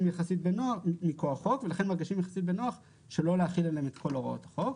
יחסית בנוח שלא להחיל עליהם את כל הוראות החוק.